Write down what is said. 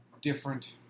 different